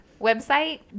website